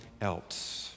else